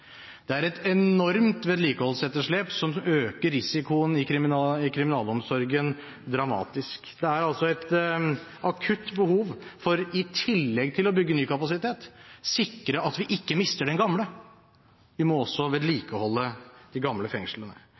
Det er et enormt vedlikeholdsetterslep, som øker risikoen i kriminalomsorgen dramatisk. Det er altså i tillegg til å bygge ny kapasitet et akutt behov for å sikre at vi ikke mister den gamle. Vi må også vedlikeholde de gamle fengslene.